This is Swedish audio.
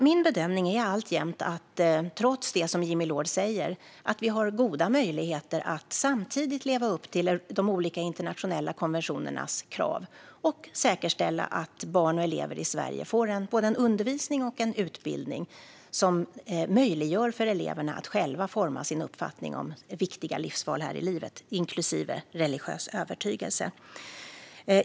Min bedömning är alltjämt, trots det Jimmy Loord säger, att vi har goda möjligheter att samtidigt leva upp till de olika internationella konventionernas krav och säkerställa att barn och elever i Sverige får den undervisning och den utbildning som möjliggör för eleverna att själva forma sin uppfattning om viktiga livsval, inklusive religiös övertygelse.